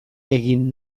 egin